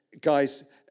guys